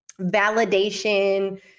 validation